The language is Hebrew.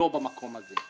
במקום הזה.